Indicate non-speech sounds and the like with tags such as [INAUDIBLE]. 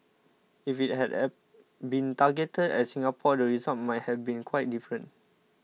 if it had [UNINTELLIGIBLE] been targeted at Singapore the results might have been quite different